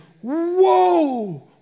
whoa